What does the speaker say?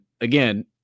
again